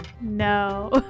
No